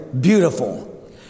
beautiful